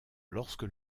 lorsque